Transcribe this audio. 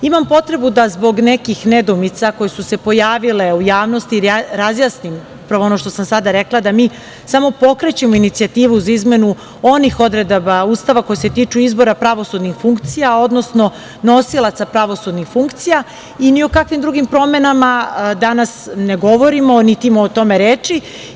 Imam potrebu da zbog nekih nedoumica, koje su se pojavile u javnosti razjasnim upravo ono što sam sada rekla, da mi samo pokrećemo inicijativu za izmenu onih odredaba Ustava, koji se tiču izbora pravosudnih funkcija, odnosno nosilaca pravosudnih funkcija i ni o kakvim drugim promenama danas ne govorimo, niti ima o tome reči.